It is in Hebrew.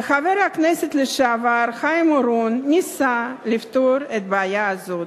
וחבר הכנסת לשעבר חיים אורון ניסה לפתור בעיה זאת,